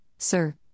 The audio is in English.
Sir